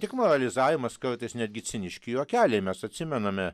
tik moralizavimas kartais netgi ciniški juokeliai mes atsimename